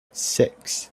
six